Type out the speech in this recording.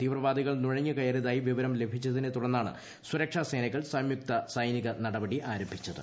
തീവ്രവാദികൾ നുഴഞ്ഞ് കയറിയതായി വിവരം ലഭിച്ചതിനെ തുടർന്നാണ് സുരക്ഷാ സേനകൾ സംയുക്ത സൈനിക നടപടി ആരംഭിച്ചത്